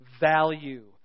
value